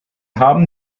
haben